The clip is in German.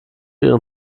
ihren